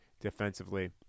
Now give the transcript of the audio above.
defensively